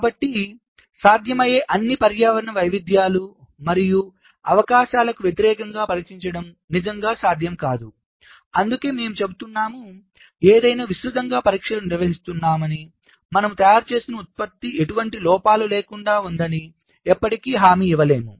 కాబట్టి సాధ్యమయ్యే అన్ని పర్యావరణ వైవిధ్యాలు మరియు అవకాశాలకు వ్యతిరేకంగా పరీక్షించడం నిజంగా సాధ్యం కాదు అందుకే మేము చెబుతున్నాముఏదేమైనా విస్తృతంగా పరీక్షలు నిర్వహిస్తున్నాము మనము తయారుచేస్తున్న ఉత్పత్తి ఎటువంటి లోపాలు లేకుండా ఉందని ఎప్పటికీ హామీ ఇవ్వలేము